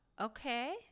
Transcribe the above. okay